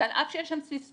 ועל אף שיש שם סיסמה,